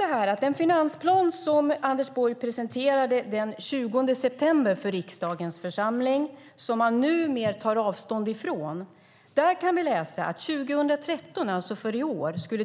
I den finansplan som Anders Borg den 20 september presenterade för riksdagens församling och som han numera tar avstånd från kan vi läsa att tillväxten för år 2013, alltså i år, skulle